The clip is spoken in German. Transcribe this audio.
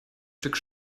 stück